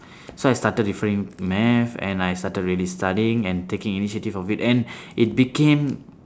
so I started referring math and I started really studying and taking initiative of it and it became